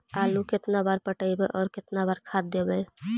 आलू केतना बार पटइबै और केतना बार खाद देबै?